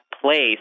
place